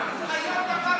על חיות הבר,